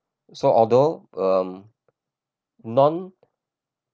so although um non